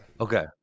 Okay